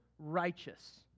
righteous